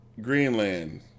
Greenland